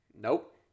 Nope